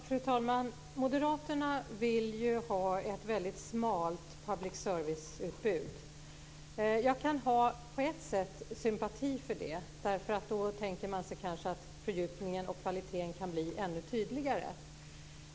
Fru talman! Moderaterna vill ju ha ett väldigt smalt public service-utbud. Jag kan på ett sätt ha sympati för det. Då tänker man sig kanske att fördjupningen och kvaliteten kan bli ännu tydligare.